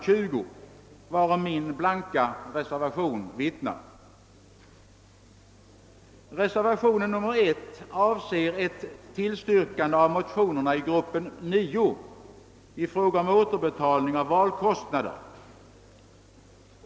20, varom min blanka reservation bär vittne. Reservationen 1 avser ett tillstyrkande av motionerna i gruppen 9 i fråga om återbetalning av valkostnader.